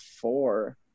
four